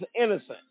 innocent